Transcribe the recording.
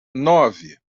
nove